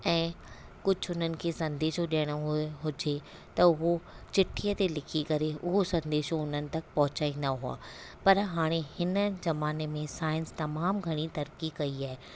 ऐं कुझु हुननि खे संदेशो ॾियणो हुयो हुजे त हू चिठीअ ते लिखी करे उहो संदेशो हुननि तक पहुचाईंदा हुआ पर हाणे हिन ज़माने में साइंस तमामु घणी तरक़ी कई आहे